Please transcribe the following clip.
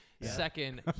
Second